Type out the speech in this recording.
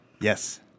Yes